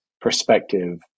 perspective